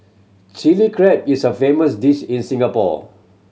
Chilli Crab is a famous dish in Singapore